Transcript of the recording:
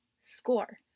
score